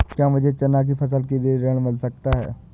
क्या मुझे चना की फसल के लिए ऋण मिल सकता है?